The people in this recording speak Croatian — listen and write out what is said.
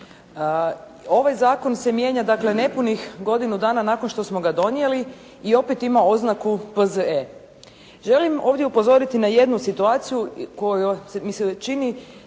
Ovaj zakon se mijenja dakle nepunih godinu dana nakon što smo ga donijeli i opet ima oznaku P.Z.E.. Želim ovdje upozoriti na jednu situaciju koja mi se čini